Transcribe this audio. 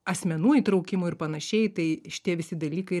asmenų įtraukimu ir panašiai tai šitie visi dalykai